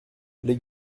les